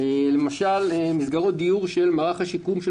לדוגמה מסגרות דיור של מערך השיקום של